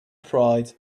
pride